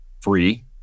free